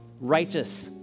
righteous